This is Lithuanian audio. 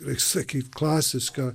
reik sakyt klasiška